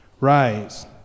Rise